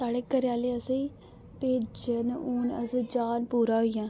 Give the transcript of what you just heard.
साढ़े घरे आहले असेंगी भेजन हून अस जाह्न पूरा होई जां